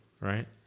right